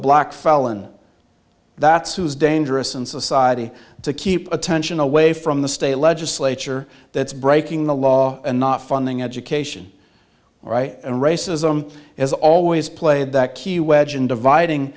black felon that's who is dangerous in society to keep attention away from the state legislature that is breaking the law and not funding education or right and racism has always played that key wedge in dividing